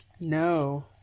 no